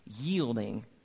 yielding